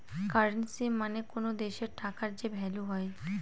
currency মানে কোনো দেশের টাকার যে ভ্যালু হয়